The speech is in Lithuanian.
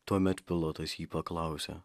tuomet pilotas jį paklausė